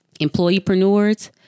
employeepreneurs